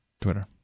Twitter